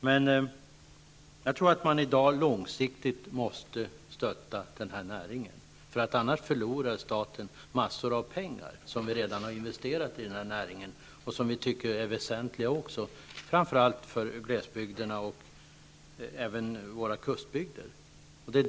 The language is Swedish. Men jag tror att man i dag långsiktigt måste stötta denna näring annars förlorar staten massor av pengar som redan har investerats i denna näring och som är väsentliga, framför allt för våra glesbygder och kustbygder.